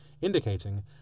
indicating